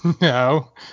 no